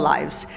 Lives